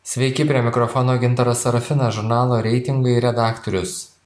sveiki prie mikrofono gintaras sarafinas žurnalo reitingai redaktorius